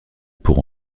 pour